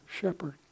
shepherd